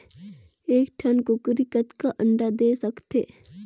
एक ठन कूकरी कतका अंडा दे सकथे?